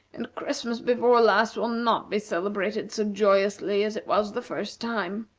and christmas before last will not be celebrated so joyously as it was the first time.